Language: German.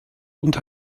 und